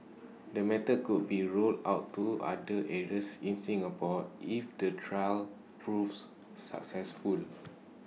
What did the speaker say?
the method could be rolled out to other areas in Singapore if the trial proves successful